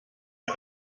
der